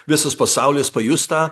visas pasaulis pajus tą